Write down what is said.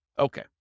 Okay